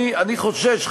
אני חושש,